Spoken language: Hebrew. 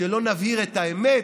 שלא נבהיר את האמת?